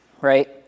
right